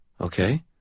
Okay